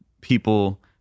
people